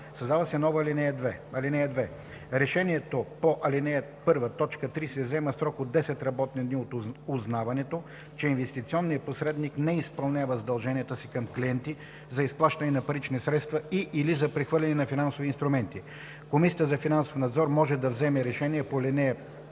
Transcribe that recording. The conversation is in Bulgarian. Създава се нова ал. 2: „(2) Решението по ал. 1, т. 3 се взема в срок от 10 работни дни от узнаването, че инвестиционният посредник не изпълнява задълженията си към клиенти за изплащане на парични средства и/или за прехвърляне на финансови инструменти. Комисията за финансов надзор може да вземе решение по ал. 1,